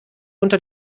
unter